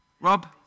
Rob